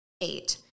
eight